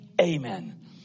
amen